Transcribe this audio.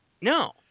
No